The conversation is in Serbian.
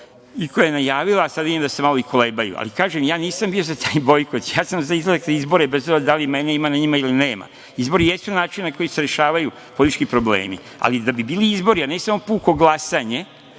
i koja je najavila, a sad vidim da se malo i kolebaju. Ali, kažem, ja nisam bio za taj bojkot, ja sam za izlazak na izbore bez obzira da li mene ima na njima ili nema. Izbori jesu način na koji se rešavaju politički problemi, ali da bi bili izbori, a ne samo puko glasanje,